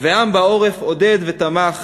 והעם בעורף עודד ותמך,